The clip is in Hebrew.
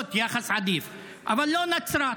אבל לא נצרת.